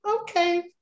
okay